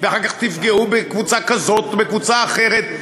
ואחר כך תפגעו בקבוצה כזאת ובקבוצה אחרת,